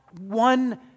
one